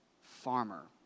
farmer